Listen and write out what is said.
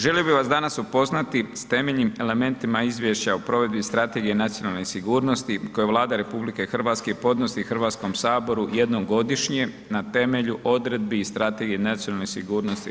Želio bih vas danas upoznati sa temeljnim elementima Izvješća o provedbi Strategije nacionalne sigurnosti koje Vlada RH podnosi Hrvatskom saboru jednog godišnje na temelju odredbi iz Srategije nacioanlne sigurnosti RH.